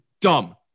dumb